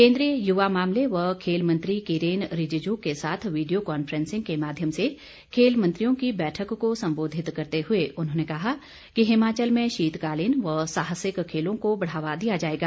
केंद्रीय युवा मामले व खेल मंत्री किरेन रिजिजू के साथ वीडियो कांफ्रेंसिंग के माध्यम से खेल मंत्रियों की बैठक को संबोधित करते हुए उन्होंने कहा कि हिमाचल में शीतकालीन व साहसिक खेलो को बढ़ावा दिया जाएगा